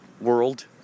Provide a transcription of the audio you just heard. world